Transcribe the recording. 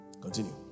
continue